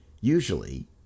Usually